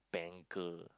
banker